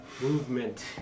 movement